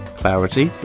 clarity